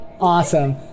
Awesome